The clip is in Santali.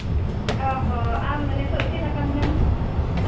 ᱚ ᱦᱚᱸ ᱟᱢ ᱱᱤᱛᱚᱜ ᱪᱮᱫ ᱞᱮᱠᱟ ᱢᱮᱱᱟᱢᱟ